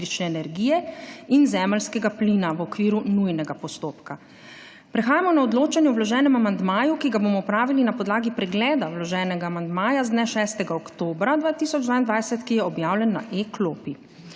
energije in zemeljskega plina v okviru nujnega postopka. Prehajamo na odločanje o vloženem amandmaju, ki ga bomo opravili na podlagi pregleda vloženega amandmaja z dne 6. oktobra 2022, ki je objavljen na e-klopi.